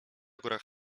górach